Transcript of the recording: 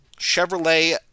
Chevrolet